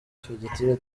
fagitire